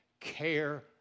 care